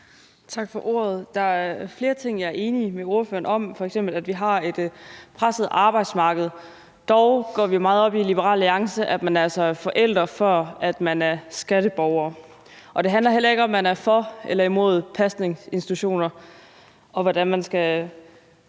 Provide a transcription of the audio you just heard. Tak for ordet. Der er flere ting, jeg er enig med ordføreren i, f.eks. at vi har et presset arbejdsmarked. Dog går vi i Liberal Alliance meget op i, at man altså er forældre, før man er skatteborgere. Det handler ikke om, om man er for eller imod pasningsinstitutioner, og hvordan man skal